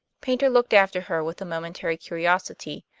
paynter looked after her with a momentary curiosity,